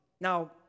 Now